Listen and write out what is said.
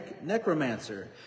necromancer